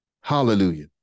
Hallelujah